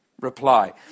reply